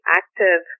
active